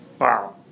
Wow